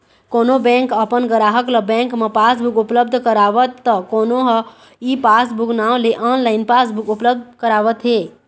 कोनो बेंक अपन गराहक ल बेंक म पासबुक उपलब्ध करावत त कोनो ह ई पासबूक नांव ले ऑनलाइन पासबुक उपलब्ध करावत हे